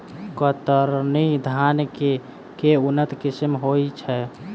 कतरनी धान केँ के उन्नत किसिम होइ छैय?